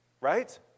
right